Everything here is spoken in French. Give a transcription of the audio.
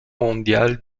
mondiale